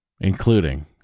including